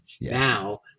Now